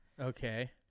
Okay